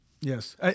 Yes